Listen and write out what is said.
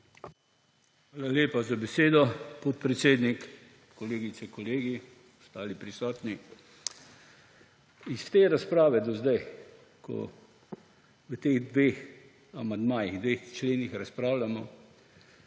Hvala lepa za besedo, podpredsednik. Kolegice, kolegi, ostali prisotni! Iz te razprave do zdaj, ko o teh dveh amandmajih, dveh členih razpravljamo,